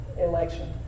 election